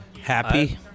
Happy